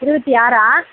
இருபத்தி ஆறா